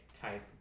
type